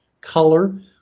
color